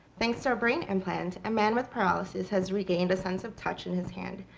thanks to a brain implant, a man with paralysis has regained a sense of touch in his hand.